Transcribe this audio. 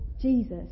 Jesus